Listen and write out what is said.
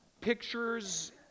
Pictures